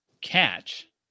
catch